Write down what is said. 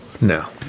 No